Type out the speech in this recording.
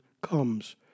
comes